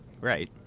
right